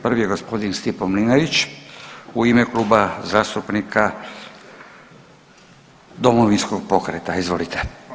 Prvi je g. Stipo Mlinarić u ime Kluba zastupnika Domovinskog pokreta, izvolite.